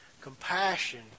Compassion